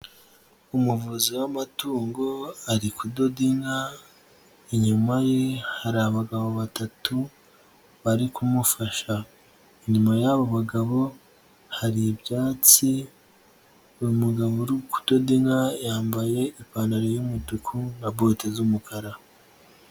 Umuvuzi w'amatungo ari kudoda inka, inyuma ye hari abagabo batatu bari kumufasha, inyuma y'abo bagabo hari ibyatsi, uyu mugabouri kudoda inka yambaye ipantaro y'umutuku na bote z'umukara.